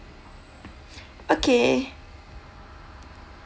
okay